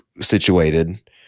situated